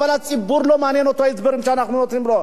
אבל את הציבור לא מעניינים ההסברים שאנחנו נותנים לו.